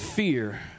Fear